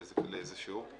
לאיזה שיעור?